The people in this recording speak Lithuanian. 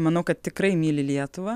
manau kad tikrai myli lietuvą